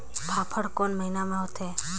फाफण कोन महीना म होथे?